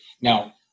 Now